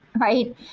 right